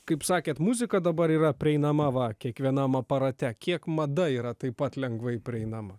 kaip sakėt muzika dabar yra prieinama va kiekvienam aparate kiek mada yra taip pat lengvai prieinama